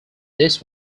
this